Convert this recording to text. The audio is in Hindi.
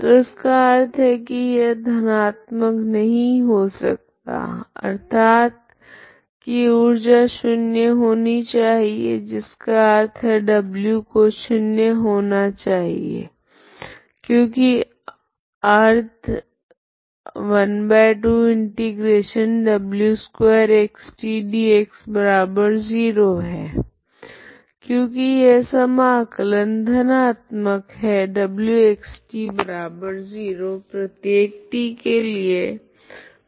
तो इसका अर्थ है की यह धनात्मक नहीं हो सकता अर्थात है की ऊर्जा शून्य होनी चाहिए जिसका अर्थ है w को शून्य होना चाहिए क्योकि अर्थ है क्योकि यह समाकलन धनात्मक है wxt0 प्रत्येक t के लिए